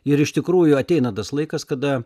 ir iš tikrųjų ateina tas laikas kada